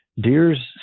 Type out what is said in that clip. deer's